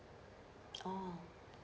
orh